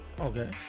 Okay